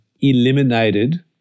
eliminated